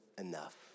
enough